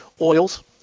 Oils